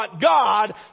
God